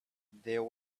there